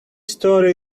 story